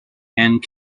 and